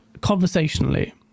conversationally